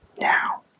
Now